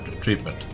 treatment